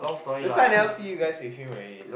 that's why never see you guys with him already